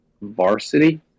Varsity